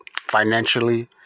financially